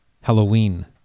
Halloween